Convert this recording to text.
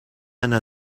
anar